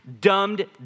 dumbed